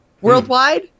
worldwide